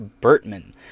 Bertman